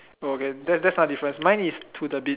oh okay that's that's one difference mine is to the beach